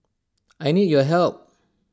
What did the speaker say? I need your help